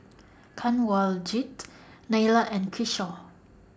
Kanwaljit Neila and Kishore